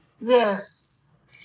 Yes